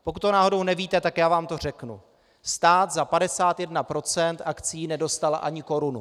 Pokud to náhodou nevíte, tak já vám to řeknu: Stát za 51 % akcií nedostal ani korunu.